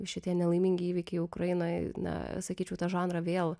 šitie nelaimingi įvykiai ukrainoj na sakyčiau tą žanrą vėl